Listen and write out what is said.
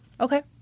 Okay